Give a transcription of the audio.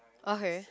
okay